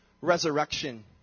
resurrection